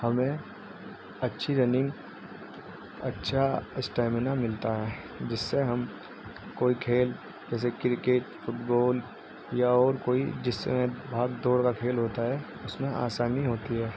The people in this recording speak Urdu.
ہمیں اچھی رننگ اچھا اسٹیمینا ملتا ہے جس سے ہم کوئی کھیل جیسے کرکٹ فٹ بال یا اور کوئی جس سے بھاگ دوڑ کا کھیل ہوتا ہے اس میں آسانی ہوتی ہے